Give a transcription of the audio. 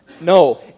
No